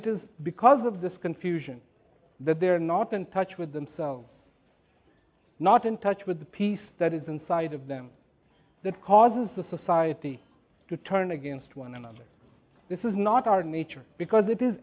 it is because of this confusion that they are not in touch with themselves not in touch with the peace that is inside of them that causes the society to turn against one another this is not our nature because it is